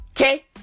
Okay